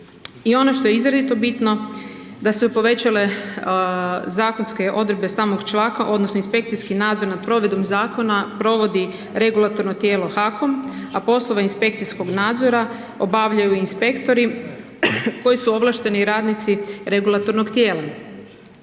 I ono što je izrazito bitno, da su se povećale zakonske odredbe samog članka odnosno inspekcijski nadzor nad provedbom zakona provodi regulatorno tijelo HAKOM, a poslove inspekcijskog nadzora obavljaju inspektori koji su ovlašteni radnici regulatornog tijela.